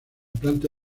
planta